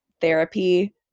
therapy